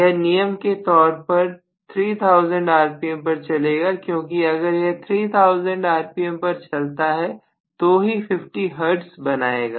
यह नियम के तौर पर 3000 rpm पर चलेगा क्योंकि अगर यह 3000 rpm पर चलता है तो ही 50 Hz बनाएगा